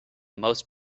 most